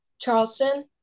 Charleston